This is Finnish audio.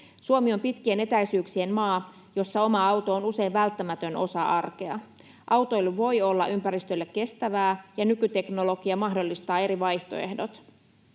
Suomi on pitkien etäisyyksien maa, jossa oma auto on usein välttämätön osa arkea. Autoilu voi olla ympäristölle kestävää, ja nykyteknologia mahdollistaa eri vaihtoehdot.